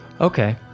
Okay